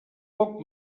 poc